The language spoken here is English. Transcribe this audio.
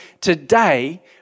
today